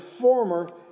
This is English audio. former